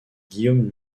guillaume